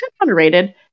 underrated